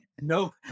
no